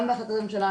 גם להחלטות ממשלה,